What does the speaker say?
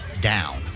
down